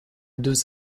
deux